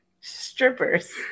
strippers